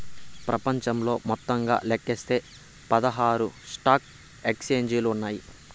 ప్రపంచంలో మొత్తంగా లెక్కిస్తే పదహారు స్టాక్ ఎక్స్చేంజిలు ఉన్నాయి